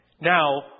now